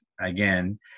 again